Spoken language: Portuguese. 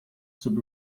sob